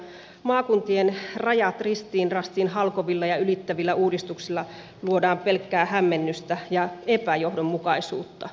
maakuntien rajat ristiin rastiin halkovilla ja ylittävillä uudistuksilla luodaan pelkkää hämmennystä ja epäjohdonmukaisuutta